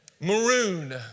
Maroon